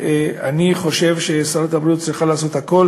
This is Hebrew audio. אני חושב ששרת הבריאות צריכה לעשות הכול